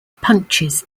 punches